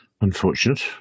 unfortunate